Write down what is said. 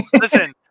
listen